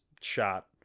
shot